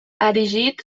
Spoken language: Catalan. erigit